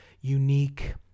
unique